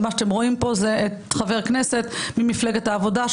ומה שאתם רואים פה זה חבר כנסת ממפלגת העבודה,